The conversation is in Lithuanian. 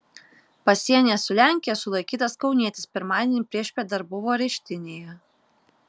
pasienyje su lenkija sulaikytas kaunietis pirmadienį priešpiet dar buvo areštinėje